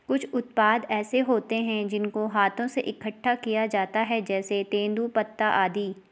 कुछ उत्पाद ऐसे होते हैं जिनको हाथों से इकट्ठा किया जाता है जैसे तेंदूपत्ता आदि